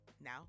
now